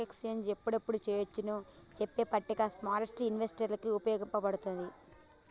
stock exchange యెప్పుడు చెయ్యొచ్చో చెప్పే పట్టిక స్మార్కెట్టు ఇన్వెస్టర్లకి వుపయోగపడతది